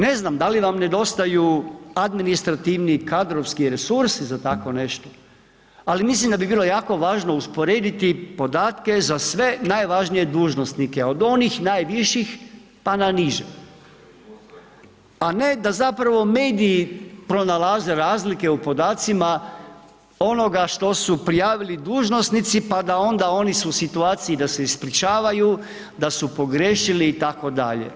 Ne znam da li vam nedostaju administrativni i kadrovski resursi za takvo nešto ali mislim da bi bilo jako važno usporediti podatke za sve najvažnije dužnosnike, od onih najviših pa na niže a ne da zapravo mediji pronalaze razlike u podacima onoga što su prijavili dužnosnici pa da onda oni su u situaciji da se ispričavaju, da su pogriješili itd.